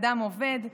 אדם עובד,